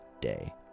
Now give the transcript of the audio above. day